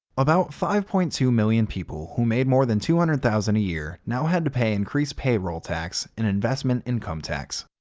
about five point two million people who made more than two hundred thousand dollars a year now had to pay increased payroll tax and investment income tax.